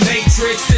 Matrix